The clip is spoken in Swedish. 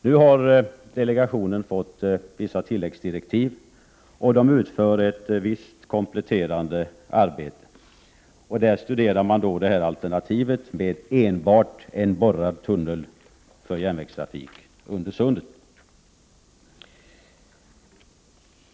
Nu har delegationen fått vissa tilläggsdirektiv, och den utför ett visst kompletterande arbete. Där studerar man alternativet med enbart en borrad tunnel för järnvägstrafik under Sundet.